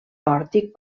pòrtic